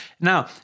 Now